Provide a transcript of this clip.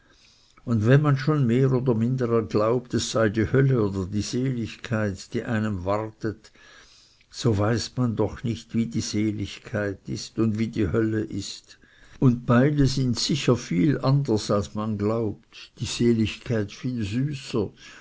und wenn man schon mehr oder minder glaubt es sei die hölle oder die seligkeit die einem wartet so weiß man doch nicht wie die seligkeit ist und wie die hölle ist und beide sind sicher viel anders als man glaubt die seligkeit viel süßer